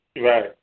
Right